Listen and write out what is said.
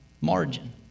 margin